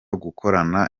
gukorana